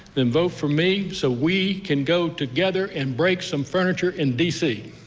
then vote for me, so we can go together and break some furniture in d c.